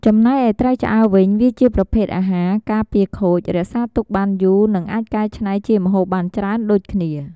ចំណេកឯត្រីឆ្អើរវិញ វាជាប្រភេទអាហារការពារខូចរក្សាទុកបានយូរនិងអាចកែច្នៃជាម្ហូបបានច្រើនដូចគ្នា។